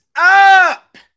up